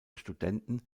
studenten